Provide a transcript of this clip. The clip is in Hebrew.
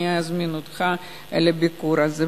אני אזמין אותך לביקור הזה.